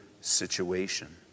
situation